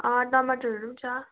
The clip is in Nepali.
अँ टमाटरहरू पनि छ